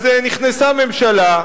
אז נכנסה ממשלה,